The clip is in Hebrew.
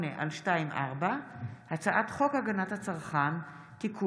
פ/3238/24 וכלה בהצעת חוק פ/3299/24: הצעת חוק הגנת הצרכן (תיקון,